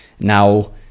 now